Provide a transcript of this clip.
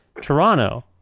Toronto